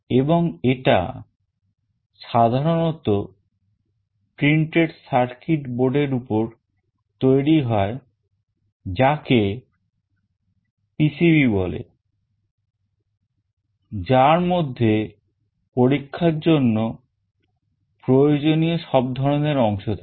এবং এটা সাধারণত printed circuit board এর উপর তৈরি হয় যাকে PCB বলে যার মধ্যে পরীক্ষার জন্য প্রয়োজনীয় সব ধরনের অংশ থাকে